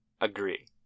agree